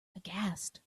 aghast